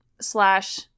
slash